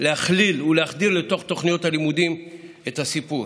להכליל ולהחדיר לתוך תוכניות הלימודים את הסיפור.